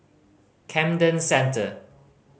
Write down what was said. Camden Centre